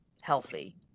healthy